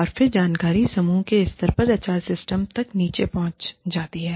और फिर जानकारी समूह के स्तर के एचआर सिस्टम तक नीचे पहुंच जाती है